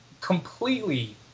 completely